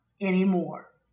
anymore